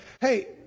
hey